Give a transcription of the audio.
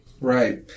Right